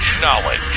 Knowledge